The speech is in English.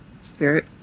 spirit